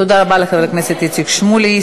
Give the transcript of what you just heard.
תודה רבה לחבר הכנסת איציק שמולי.